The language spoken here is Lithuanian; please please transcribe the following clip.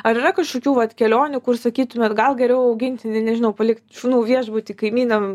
ar yra kažkokių vat kelionių kur sakytumėt gal geriau augintinį nežinau palikt šunų viešbuty kaimynam